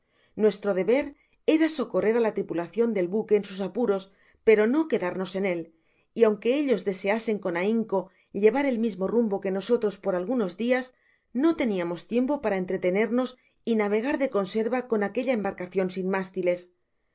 nuestro deber era socorrer á la tripulacion del buque en sus apuros pero no quedarnos en él y aunque ellos deseasen con ahinco llevar el mismo rumbo que nosotros por algunos dias no teniamos tiempo para entretenernos y navegar de conserva con aquella embarcacion sin mástiles